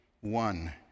one